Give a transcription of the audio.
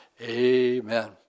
amen